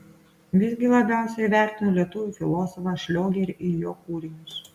visgi labiausiai vertinu lietuvių filosofą šliogerį ir jo kūrinius